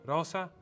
Rosa